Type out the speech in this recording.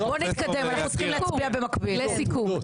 לסיכום,